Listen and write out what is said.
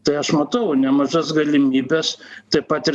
tai aš matau nemažas galimybes taip pat ir